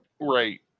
Right